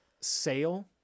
sale